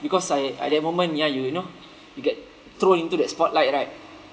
because I at that moment ya you you know you get thrown into that spotlight right